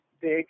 big